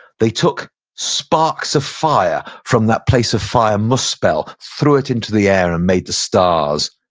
they took sparks of fire from that place of fire, muspell, threw it into the air and made the stars.